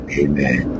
amen